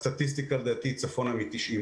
אז האחוז גבוה מ-90%.